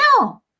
no